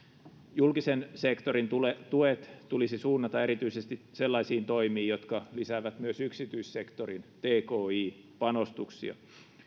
julkisen sektorin tuet tulisi suunnata erityisesti sellaisiin toimiin jotka lisäävät myös yksityissektorin tki panostuksia